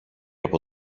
από